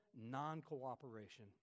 non-cooperation